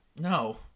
No